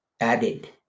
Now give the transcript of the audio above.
added